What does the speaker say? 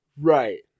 right